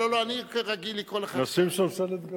לא לא לא, אני רגיל לקרוא לך, נשים שם שלט גדול.